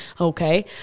Okay